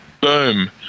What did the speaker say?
Boom